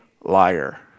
liar